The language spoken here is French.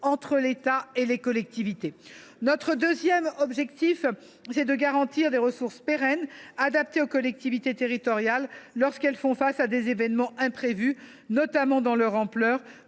entre l’État et les collectivités. Notre deuxième objectif est de garantir des ressources pérennes et adaptées aux collectivités territoriales en cas d’événements imprévus, notamment par leur ampleur,